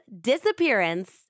disappearance